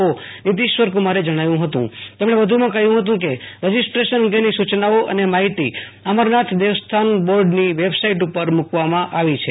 ઓ નિતિશ્વર કુમારે જણાવ્યુ હતું તેમણે વધુમાં કહ્યુ હતું કે રજીસ્ટ્રેશન અંગેની સુ ચનાઓ અને માહિતી અમરનાથ દેવસ્થાન બોર્ડની વેબસાઈટ ઉપર મુ કવામાં આવી છે